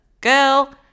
girl